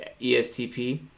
ESTP